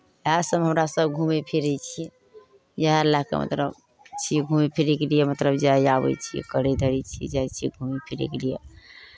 इएह सभमे हमरा सभ घूमै फिरै छियै इएह लए कऽ मतलब छियै घूमय फिरयके लिए मतलब जाइ आबै छियै करै धरै छियै जाइ छियै घूमय फिरयके लिए